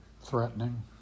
threatening